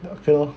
okay lor